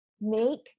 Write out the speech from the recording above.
make